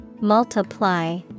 multiply